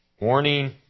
Warning